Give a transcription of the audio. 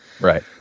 Right